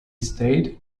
estate